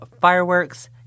fireworks